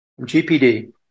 GPD